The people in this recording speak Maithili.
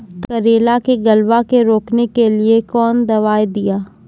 करेला के गलवा के रोकने के लिए ली कौन दवा दिया?